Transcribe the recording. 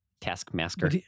Taskmaster